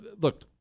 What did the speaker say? look